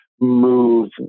move